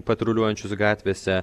patruliuojančius gatvėse